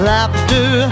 Laughter